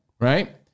right